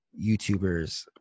YouTubers